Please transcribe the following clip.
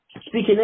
speaking